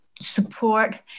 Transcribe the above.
support